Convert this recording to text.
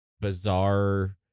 bizarre